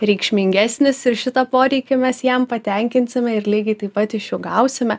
reikšmingesnis ir šitą poreikį mes jam patenkinsime ir lygiai taip pat iš jų gausime